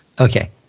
okay